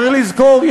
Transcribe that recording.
צריך לזכור,